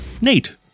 Nate